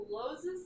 closes